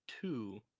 two